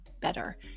better